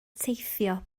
teithio